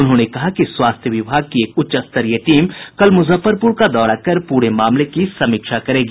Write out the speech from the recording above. उन्होंने कहा कि स्वास्थ्य विभाग की एक उच्चस्तरीय टीम कल मुजफ्फरपुर का दौरा कर पूरे मामले की समीक्षा करेगी